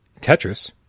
Tetris